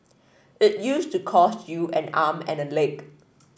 it used to cost you an arm and a leg